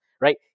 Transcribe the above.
right